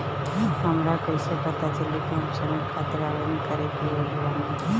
हमरा कईसे पता चली कि हम ऋण खातिर आवेदन करे के योग्य बानी?